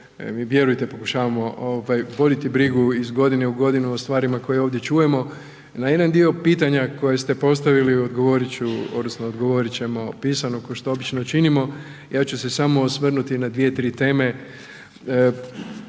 mi vjerujte pokušavamo ovaj voditi brigu iz godine u godinu o stvarima koje ovdje čujemo i na jedan dio pitanja koje ste postavili odgovorit ću odnosno odgovorit ćemo pisano ko što obično i činimo, ja ću se samo osvrnuti na dvije, tri teme.